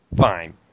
Fine